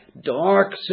dark